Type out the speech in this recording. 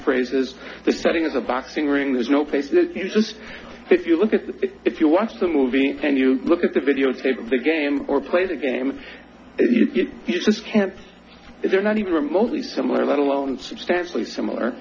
phrases the setting of the boxing ring there's no place if you just if you look at the if you watch the movie and you look at the videotape of the game or play the game he says can't they're not even remotely similar let alone substantially similar